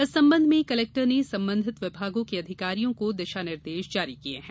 इस संबंध में कलेक्टर ने संबंधित विभागों के अधिकारियों को दिशा निर्देश जारी किये हैं